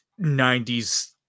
90s